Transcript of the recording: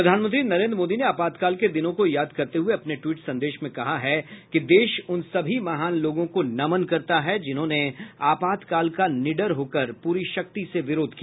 प्रधानमंत्री नरेन्द्र मोदी ने आपातकाल के दिनों को याद करते हुए अपने ट्वीट संदेश में कहा है कि देश उन सभी महान लोगों को नमन करता है जिन्होंने आपातकाल का निडर होकर पूरी शक्ति से विरोध किया